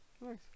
Nice